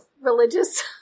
religious